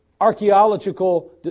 archaeological